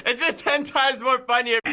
ah just ten times more funny. ah